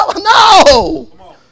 No